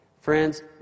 Friends